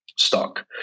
Stock